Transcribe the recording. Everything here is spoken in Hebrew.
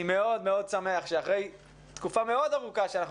אני מאוד מאוד שמח שאחרי תקופה מאוד ארוכה שאנחנו